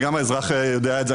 וגם האזרח יודע את זה,